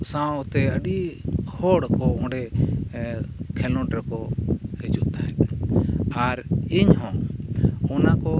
ᱥᱟᱶᱛᱮ ᱟᱹᱰᱤ ᱦᱚᱲ ᱠᱚ ᱚᱸᱰᱮ ᱠᱷᱮᱞᱳᱰ ᱨᱮᱠᱚ ᱦᱤᱡᱩᱜ ᱛᱟᱦᱮᱫ ᱟᱨ ᱤᱧᱦᱚᱸ ᱚᱱᱟᱠᱚ